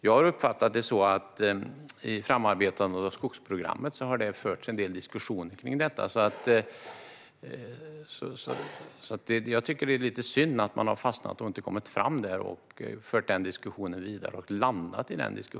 Jag har uppfattat det som att det har förts en del diskussioner om detta under framarbetandet av skogsprogrammet. Det är synd att man har fastnat och inte kommit framåt och fört den diskussionen vidare eller landat i den.